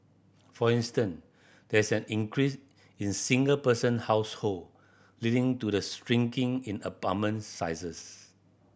for instance there is an increase in single person household leading to the shrinking in apartment sizes